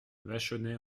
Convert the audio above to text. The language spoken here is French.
vachonnet